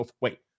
wait